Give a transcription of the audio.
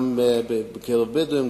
גם בקרב בדואים,